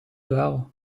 well